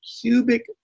cubic